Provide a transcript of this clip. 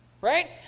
Right